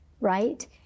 right